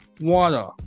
Water